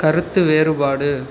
கருத்து வேறுபாடு